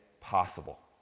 possible